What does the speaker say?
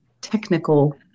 technical